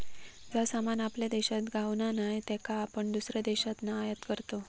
जा सामान आपल्या देशात गावणा नाय त्याका आपण दुसऱ्या देशातना आयात करतव